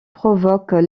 provoquent